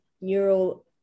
neural